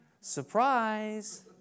Surprise